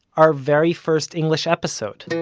our very first english episode